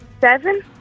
Seven